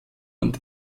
und